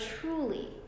truly